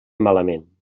malament